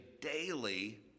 daily